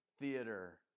theater